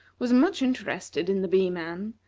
was much interested in the bee-man,